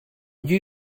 you